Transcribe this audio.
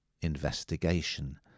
investigation